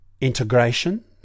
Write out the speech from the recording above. Integration